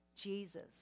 Jesus